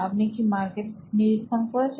আপনি কি মার্কেট নিরীক্ষণ করেছেন